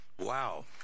Wow